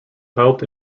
helped